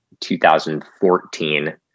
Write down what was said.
2014